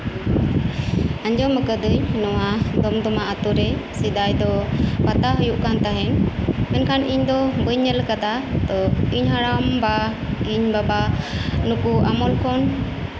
ᱟᱸᱡᱚᱢ ᱠᱟᱫᱟᱧ ᱱᱚᱣᱟ ᱫᱚᱢᱫᱚᱢᱟ ᱟᱛᱳ ᱨᱮ ᱥᱮᱫᱟᱭ ᱫᱚ ᱯᱟᱛᱟ ᱦᱩᱭᱩᱜ ᱠᱟᱱ ᱛᱟᱦᱮᱸᱜ ᱢᱮᱱᱠᱷᱟᱱ ᱤᱧ ᱫᱚ ᱵᱟᱧ ᱧᱮᱞ ᱠᱟᱫᱟ ᱤᱧ ᱦᱟᱲᱟᱢᱵᱟ ᱤᱧ ᱵᱟᱹᱵᱟ ᱱᱩᱠᱩ ᱟᱢᱚᱞ ᱠᱷᱚᱱ